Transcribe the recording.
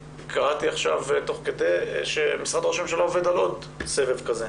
קראתי עכשיו תוך כדי שמשרד ראש הממשלה עובד על עוד סבב כזה.